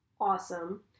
awesome